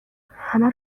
همه